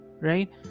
right